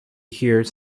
hears